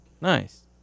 Nice